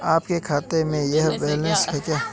आपके खाते में यह बैलेंस है क्या?